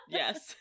yes